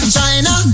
China